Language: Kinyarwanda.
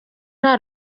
nta